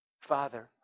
father